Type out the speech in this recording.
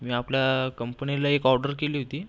मी आपल्या कंपनीला एक ऑर्डर केली होती